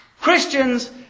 Christians